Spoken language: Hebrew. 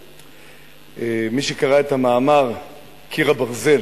מי שקרא את המאמר "קיר הברזל"